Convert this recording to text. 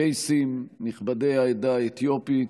קייסים, נכבדי העדה האתיופית,